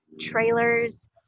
trailers